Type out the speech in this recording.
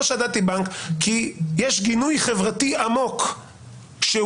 לא שדדתי בנק כי יש גינוי חברתי עמוק שהוא